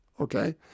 Okay